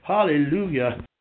Hallelujah